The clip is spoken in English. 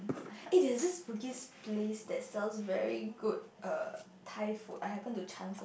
eh there's this Bugis place that sells very good err Thai food I happened to chance